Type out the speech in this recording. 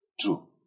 True